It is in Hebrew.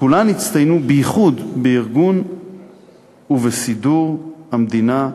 וכולן הצטיינו בייחוד בארגון ובסידור המדינה,